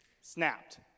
snapped